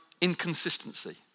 inconsistency